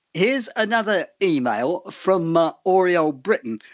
here's another email from ah oriel britton,